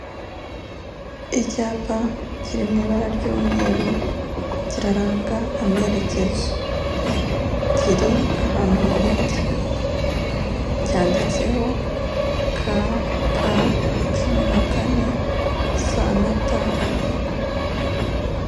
Icyapa kiri mu ibara ry'umweru, Kiraranga amerekezo. Kiri ahantu mu biti. Cyanditseho ka, ka, cumi na kane, sa na ta.